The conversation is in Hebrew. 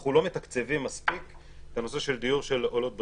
אנחנו לא מתקצבים מספיק את הנושא של הדיור של עולות בודדות.